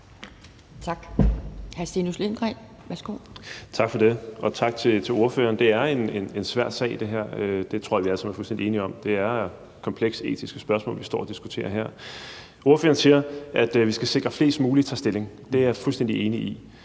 Kl. 12:47 Stinus Lindgreen (RV): Tak for det, og tak til ordføreren. Det her er en svær sag; det tror jeg vi alle sammen er fuldstændig enige om. Det er komplekse etiske spørgsmål, vi står og diskuterer her. Ordføreren siger, at vi skal sikre, at flest mulige tager stilling, og det er jeg fuldstændig enig i.